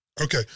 Okay